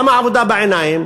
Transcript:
למה עבודה בעיניים?